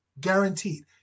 Guaranteed